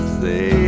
say